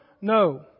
No